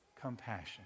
compassion